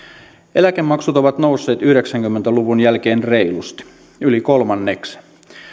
eläkemaksut ovat nousseet yhdeksänkymmentä luvun jälkeen reilusti yli kolmanneksen